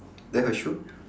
then her shoe